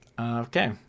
Okay